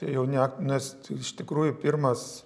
jau ne nes iš tikrųjų pirmas